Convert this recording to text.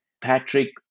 Patrick